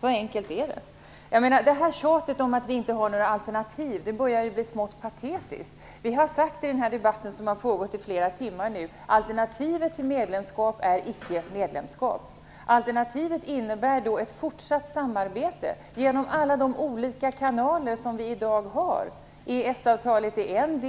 Så enkelt är det. Tjatet om att vi inte har några alternativ börjar bli smått patetiskt. I denna debatt, som nu har pågått i flera timmar, har vi sagt att alternativet till medlemskap är icke-medlemskap. Alternativet innebär alltså ett fortsatt samarbete genom alla de olika kanaler vi har i dag. EES-avtalet är en.